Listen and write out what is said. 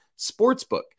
sportsbook